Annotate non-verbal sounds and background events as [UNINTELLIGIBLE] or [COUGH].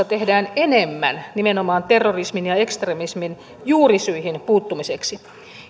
[UNINTELLIGIBLE] tehdään enemmän nimenomaan terrorismin ja ekstremismin juurisyihin puuttumiseksi